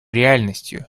реальностью